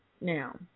now